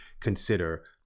consider